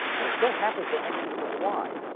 and it so happens that x equals y.